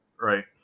Right